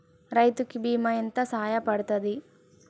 రైతు కి బీమా ఎంత సాయపడ్తది?